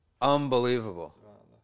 Unbelievable